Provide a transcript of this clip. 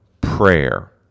prayer